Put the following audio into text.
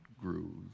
grew